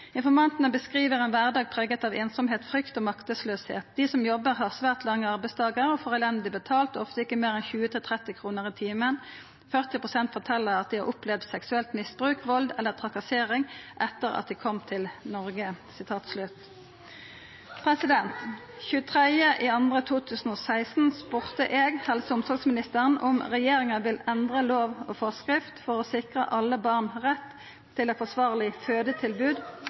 ein kvardag som er prega av einsemd, frykt og maktesløyse. Dei som jobbar, har svært lange arbeidsdagar, får elendig betalt, ofte ikkje meir enn 20–30 kr i timen. 40 pst. fortel at dei har opplevd seksuelt misbruk, vald eller trakassering etter at dei kom til Noreg. Den 15. august 2016 spurde eg helse- og omsorgsministeren om regjeringa vil endra lov og forskrift for å sikra alle barn rett til eit forsvarleg fødetilbod,